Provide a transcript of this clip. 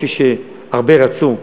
כפי שהרבה רצו.